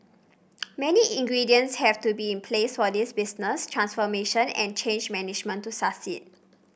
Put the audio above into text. many ingredients have to be in place for this business transformation and change management to succeed